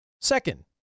Second